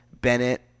Bennett